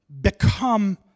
become